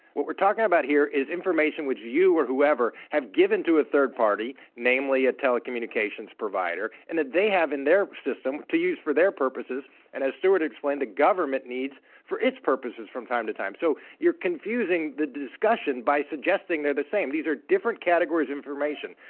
what we're talking about here is information which you or whoever have given to a third party, namely, a telecommunications provider, and that they have in their system to use for their purposes and, as stewart explained, the government needs for its purposes from time to time. so you're confusing the discussion by suggesting they're the same. these are different categories of information.